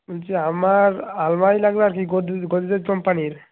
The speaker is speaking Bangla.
বলছি আমার আলমারি লাগবে আর কি গোদরেজ কম্পানির